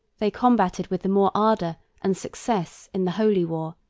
they combated with the more ardor and success in the holy war,